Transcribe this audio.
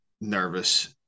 nervous